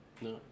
No